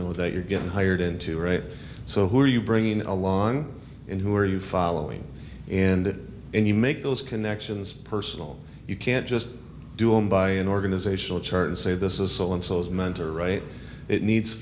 know that you're getting hired into right so who are you bringing along and who are you following and and you make those connections personal you can't just do a i'm buying an organizational chart and say this is so and so is mentor right it needs